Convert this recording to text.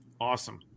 Awesome